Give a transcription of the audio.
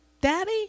daddy